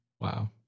Wow